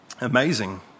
Amazing